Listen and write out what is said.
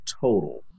total